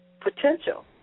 potential